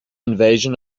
invasion